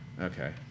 Okay